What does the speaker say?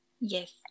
Yes